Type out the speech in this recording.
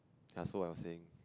ya so I was saying